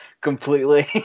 completely